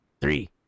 Three